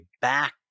back